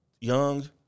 young